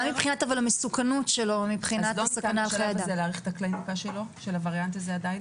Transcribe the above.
מה מבחינת המסוכנות שלו, מבחינת הסכנה לחיי אדם?